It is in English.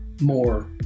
more